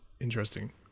interesting